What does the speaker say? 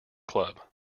club